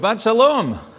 Shalom